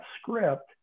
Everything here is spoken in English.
script